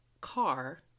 car